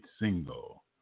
single